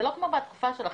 זה לא כמו בכפר שלכם,